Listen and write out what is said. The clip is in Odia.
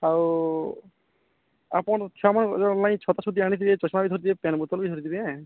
ଆଉ ଆପଣ ଛୁଆମାନଙ୍କର ଲାଗି ଛତା ଛୁତି ଆଣିଥିବେ ଚଷମା ବି ଧରିଥିବେ ପାଣି ବୋତଲ୍ ବି ଧରିଥିବେ